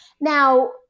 Now